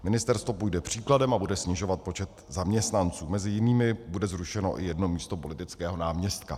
Ministerstvo půjde příkladem a bude snižovat počet zaměstnanců, mezi jinými bude zrušeno i jedno místo politického náměstka.